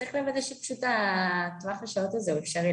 צריך לוודא שטווח השעות הזה הוא אפשרי